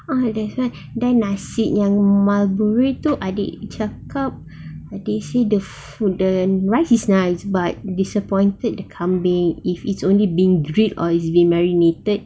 ah that's why then nasi yang tu adik cakap adik say the food the rice is nice but disappointed the kambing if it's only been dripped or it's been marinated